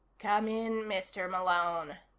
come in, mr. malone,